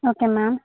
okay ma'am